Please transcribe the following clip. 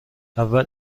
اول